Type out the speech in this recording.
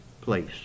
place